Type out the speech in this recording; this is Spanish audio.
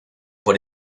por